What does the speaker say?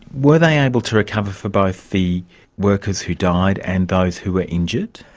were they able to recover for both the workers who died and those who were injured?